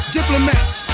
Diplomats